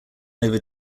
over